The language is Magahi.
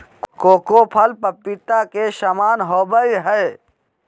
कोको फल पपीता के समान होबय हइ